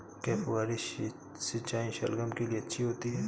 क्या फुहारी सिंचाई शलगम के लिए अच्छी होती है?